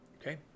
Okay